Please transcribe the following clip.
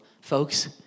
Folks